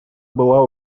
была